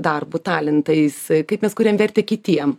darbu talentais kaip mes kuriam vertę kitiem